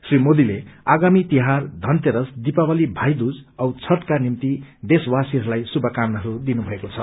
श्री मोदले आगामी तिहार धनतेरस दीपावली भाई दूत औ छठका निम्ति देशवासीहरूलाई शुभकामनाहरू दिनुभएको छ